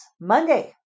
Monday